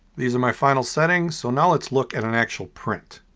these are my final settings so now let's look at an actual print.